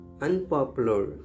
unpopular